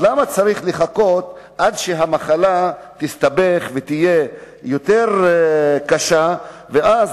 למה צריך לחכות עד שהמחלה תסתבך ותהיה יותר קשה ואז